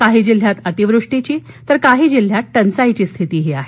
काही जिल्ह्यात अतिवृष्टीची तर काही जिल्ह्यात टंचाईची स्थितीही आहे